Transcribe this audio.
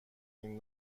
این